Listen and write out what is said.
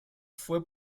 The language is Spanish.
fue